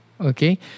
okay